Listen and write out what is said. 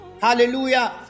Hallelujah